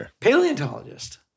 paleontologist